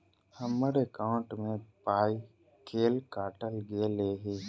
हम्मर एकॉउन्ट मे पाई केल काटल गेल एहि